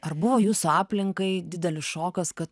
ar buvo jūsų aplinkai didelis šokas kad